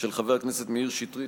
של חבר הכנסת מאיר שטרית,